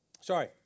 Sorry